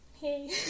hey